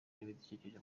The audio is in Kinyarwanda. n’ibidukikije